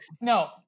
No